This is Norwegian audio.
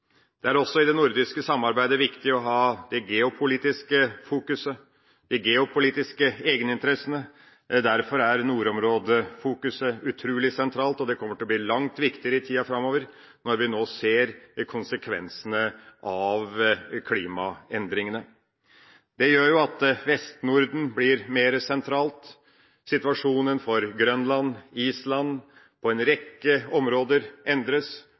det – som jeg skal komme inn på seinere. Det er også i det nordiske samarbeidet viktig å ha i fokus det geopolitiske, de geopolitiske egeninteressene. Derfor er nordområdefokuset utrolig sentralt, og det kommer til å bli langt viktigere i tida framover, når vi nå ser konsekvensene av klimaendringene. Det gjør at Vest-Norden blir mer sentralt. Situasjonen for Grønland, Island og en rekke områder